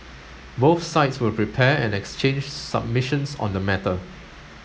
both sides will prepare and exchange submissions on the matter